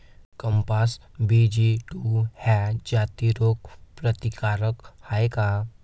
कपास BG two ह्या जाती रोग प्रतिकारक हाये का?